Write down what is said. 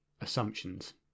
assumptions